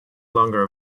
longer